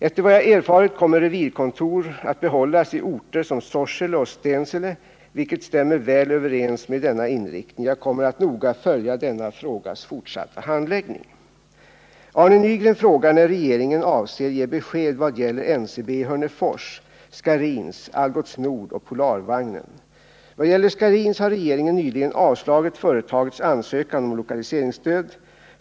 Efter vad jag erfarit kommer revirkontor att behållas i orter som Sorsele och Stensele, vilket stämmer väl överens med denna inriktning. Jag kommer att noga följa denna frågas fortsatta handläggning. Vad gäller Scharins har regeringen nyligen avslagit företagets ansökan om lokaliseringsstöd.